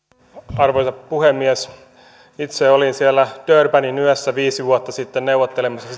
arvoisa puhemies itse olin siellä durbanin yössä viisi vuotta sitten neuvottelemassa